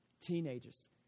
teenagers